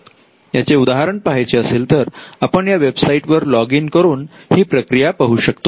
याचे उदाहरण पहायचे असेल तर आपण या वेबसाईट वर लॉगिन करून ही प्रक्रिया पाहू शकतो